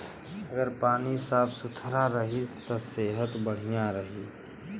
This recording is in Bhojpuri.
अगर पानी साफ सुथरा रही त सेहत बढ़िया रही